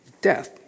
death